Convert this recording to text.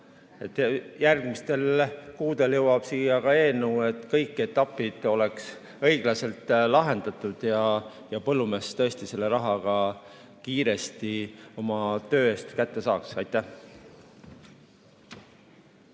järgmistel kuudel jõuab siia ka eelnõu, milles kõik etapid on õiglaselt lahendatud ja põllumees tõesti selle raha ka kiiresti oma töö eest kätte saab. Aitäh!